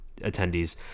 attendees